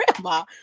grandma